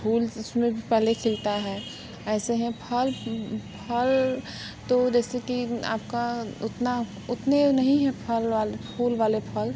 फूल उसमें भी पहले खिलता है ऐसे हैं फल फल तो जैसे कि आपका उतना उतने नहीं हैं फल वाले फूल वाले फल